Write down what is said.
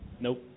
Nope